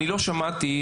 לא שמעתי,